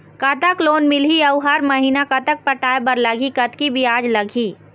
कतक लोन मिलही अऊ हर महीना कतक पटाए बर लगही, कतकी ब्याज लगही?